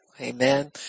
Amen